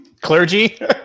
Clergy